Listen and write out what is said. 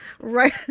right